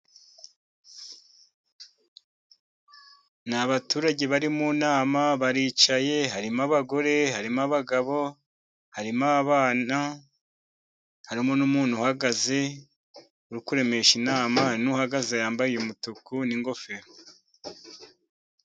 Ni abaturage bari mu nama, baricaye, harimo abagore, harimo abagabo, harimo abana, harimo n'umuntu uhagaze uri kuremesha inama, n'uhagaze yambaye umutuku n'ingofero.